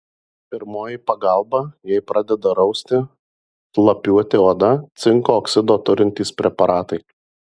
pirmoji pagalba jei pradeda rausti šlapiuoti oda cinko oksido turintys preparatai